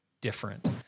different